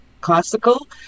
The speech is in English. classical